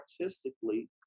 artistically